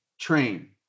train